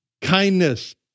Kindness